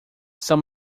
são